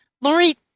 Lori